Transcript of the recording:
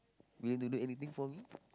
you want to do anything for me